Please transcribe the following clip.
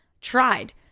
tried